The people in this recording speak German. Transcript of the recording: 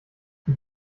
für